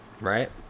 right